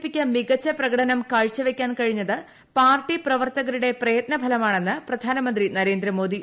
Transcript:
പിക്ക് മികച്ച പ്രകടനം കാഴ്ചവയ്ക്കാൻ കഴിഞ്ഞത് പാർട്ടി പ്രവർത്തകരുടെ പ്രയ്തനഫലമായാണെന്ന് പ്രധാനമന്ത്രി നരേന്ദ്രമോദി